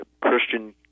Christian